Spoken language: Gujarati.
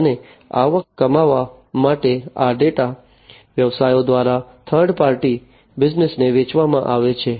અને આવક કમાવવા માટે આ ડેટા વ્યવસાયો દ્વારા થર્ડ પાર્ટી બિઝનેસને વેચવામાં આવે છે